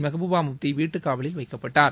மெகபூபா முஃப்தி வீட்டுக் காவலில் வைக்கப்பட்டார்